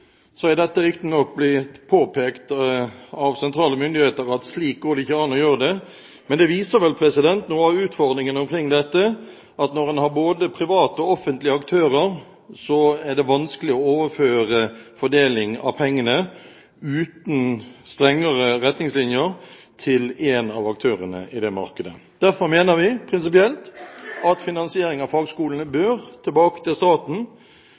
er riktignok blitt påpekt av sentrale myndigheter at slik går det ikke an å gjøre det, men det viser noe av utfordringen omkring dette – at når en har både private og offentlige aktører, er det vanskelig å overføre fordeling av pengene, uten strengere retningslinjer, til én av aktørene i markedet. Derfor mener vi prinsipielt at finansieringen av fagskolene bør tilbake til staten,